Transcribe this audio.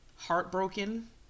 heartbroken